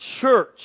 church